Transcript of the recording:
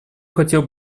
хотел